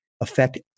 affect